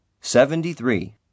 Seventy-three